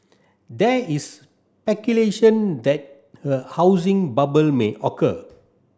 there is speculation that a housing bubble may occur